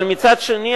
אבל מצד שני,